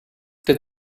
the